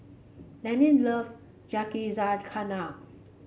Leanne love Yakizakana